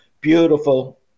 beautiful